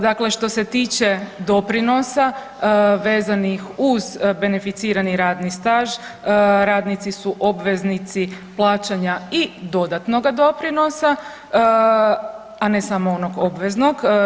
Dakle, što se tiče doprinosa vezanih uz beneficirani radni staž radnici su obveznici plaćanja i dodatnoga doprinosa a ne samo onog obveznog.